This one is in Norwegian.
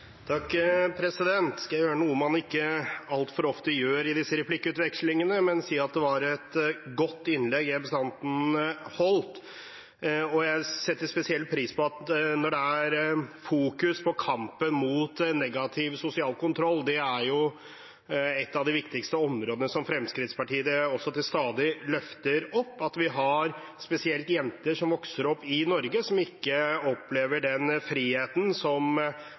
Jeg skal gjøre noe man ikke altfor ofte gjør i disse replikkvekslingene, nemlig å si at det var et godt innlegg representanten holdt. Jeg setter spesielt pris på at det fokuseres på kampen mot negativ sosial kontroll, for det er et av de viktigste områdene, som også Fremskrittspartiet til stadighet løfter opp – at vi har spesielt jenter som vokser opp i Norge, som ikke opplever den friheten